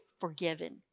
forgiven